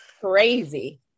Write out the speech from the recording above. crazy